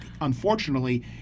unfortunately